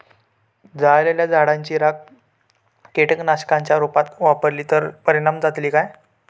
जळालेल्या झाडाची रखा कीटकनाशकांच्या रुपात वापरली तर परिणाम जातली काय?